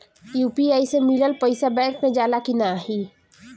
UPI से मिलल पईसा बैंक मे जाला की नाहीं?